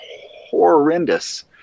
horrendous